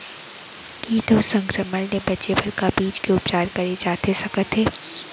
किट अऊ संक्रमण ले बचे बर का बीज के उपचार करे जाथे सकत हे?